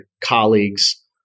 colleagues